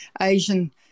Asian